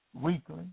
Weekly